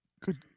Good